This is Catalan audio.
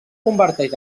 converteix